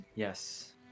Yes